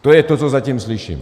To je to, co zatím slyším.